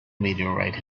meteorite